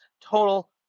Total